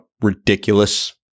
ridiculous